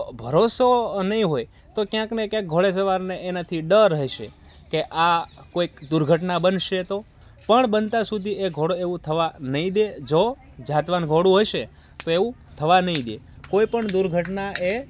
જો ભરોસો નહીં હોય તો ક્યાંકને ક્યાંક ઘોડેસવારને એનાથી ડર હશે કે આ કોઈક દુર્ઘટના બનશે તો પણ બનતા સુધી એ ઘોડો એવું થવા નહીં દે જો જાતવાનું ઘોડું હશે તો એવું થવા નહીં દે કોઈપણ દુર્ઘટના એ